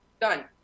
done